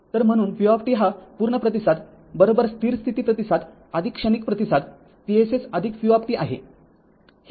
तर म्हणून v हा पूर्ण प्रतिसाद स्थिर स्थिती प्रतिसाद क्षणिक प्रतिसाद Vss v आहे